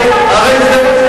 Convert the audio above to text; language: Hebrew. הרי זה,